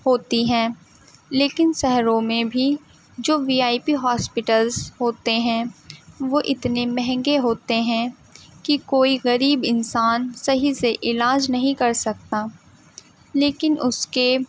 ہوتی ہیں لیکن شہروں میں بھی جو وی آئی پی ہاسپٹلس ہوتے ہیں وہ اتنے مہنگے ہوتے ہیں کہ کوئی غریب انسان صحیح سے علاج نہیں کر سکتا لیکن اس کے